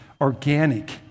organic